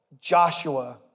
Joshua